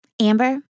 Amber